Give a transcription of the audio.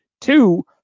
Two